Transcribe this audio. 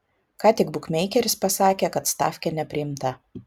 ką tik bukmeikeris pasakė kad stafkė nepriimta